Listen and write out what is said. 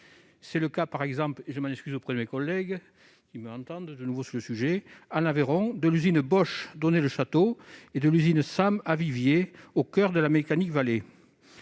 C'est par exemple le cas- je m'en excuse auprès de mes collègues, qui m'entendent de nouveau sur le sujet -, en Aveyron, de l'usine Bosch d'Onet-le-Château et de l'usine SAM de Viviez, au coeur de la Mecanic Vallée.